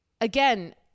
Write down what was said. again